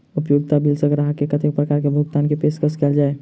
उपयोगिता बिल सऽ ग्राहक केँ कत्ते प्रकार केँ भुगतान कऽ पेशकश कैल जाय छै?